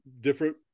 different